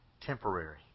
temporary